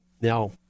Now